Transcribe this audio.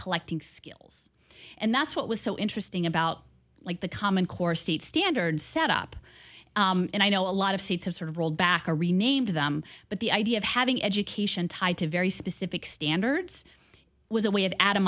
collecting skills and that's what was so interesting about like the common core state standards set up and i know a lot of states have sort of rolled back or renamed them but the idea of having education tied to very specific standards was a way of adam